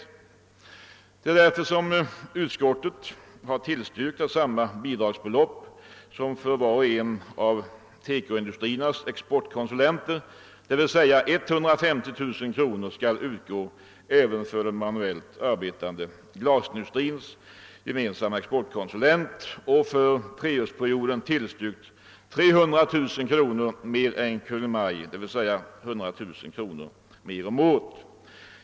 Utskottet har därför tillstyrkt att samma bidragsbelopp, som för var och en av TEKO-industriernas exportkonsulenter, d.v.s. 150 000 kronor, skall utgå till den för den manuellt arbetande glasindustrin gemensamma exportkonsulenten och har för treårsperioden tillstyrkt 300 000 kronor mer än Kungl. Maj:t, d.v.s. 100000 kronor om året.